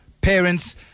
parents